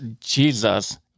Jesus